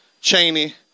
Cheney